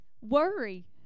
worry